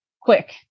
quick